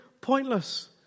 pointless